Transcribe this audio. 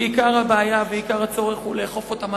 כי עיקר הבעיה ועיקר הצורך הוא לאכוף אותם.